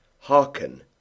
Hearken